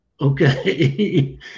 okay